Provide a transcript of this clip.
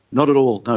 not at all,